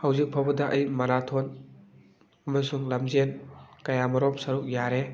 ꯍꯧꯖꯤꯛ ꯐꯥꯎꯕꯗ ꯑꯩ ꯃꯔꯥꯊꯣꯟ ꯑꯃꯁꯨꯡ ꯂꯝꯖꯦꯜ ꯀꯌꯥꯃꯔꯣꯝ ꯁꯔꯨꯛ ꯌꯥꯔꯦ